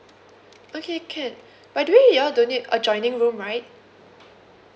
okay can by the way you all don't need adjoining room right